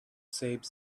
shapes